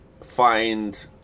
find